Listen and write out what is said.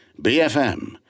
BFM